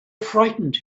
frightened